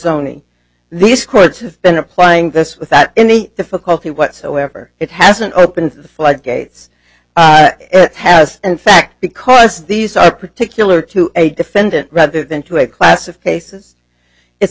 missoni these courts has been applying this without any difficulty whatsoever it hasn't opened the floodgates has in fact because these are particular to a defendant rather than to a class of cases it's